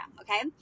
okay